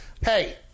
Hey